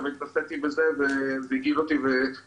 אבל התנסיתי בזה וזה הגעיל אותי והפסקתי,